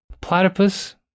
Platypus